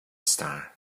star